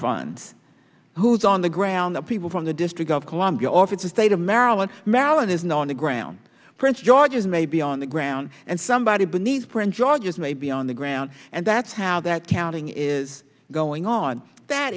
fund who's on the ground the people from the district of columbia or if it's a state of maryland maryland is not on the ground prince george's may be on the ground and somebody beneath prince george's may be on the ground and that's how they're counting is going on that